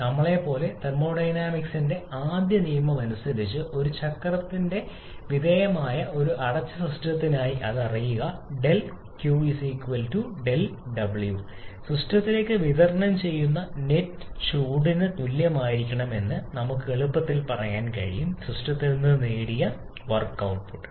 നമ്മളെപ്പോലെതെർമോഡൈനാമിക്സിന്റെ ആദ്യ നിയമമനുസരിച്ച് ഒരു ചക്രത്തിന് വിധേയമായ ഒരു അടച്ച സിസ്റ്റത്തിനായി അത് അറിയുക ර 𝛿𝑞 ර 𝛿𝑤 സിസ്റ്റത്തിലേക്ക് വിതരണം ചെയ്യുന്ന നെറ്റ് ചൂട് നെറ്റിന് തുല്യമായിരിക്കണം എന്ന് നമുക്ക് എളുപ്പത്തിൽ പറയാൻ കഴിയും സിസ്റ്റത്തിൽ നിന്ന് നിങ്ങൾ നേടിയ വർക്ക് ഔട്ട്പുട്ട്